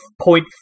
point